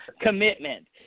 commitment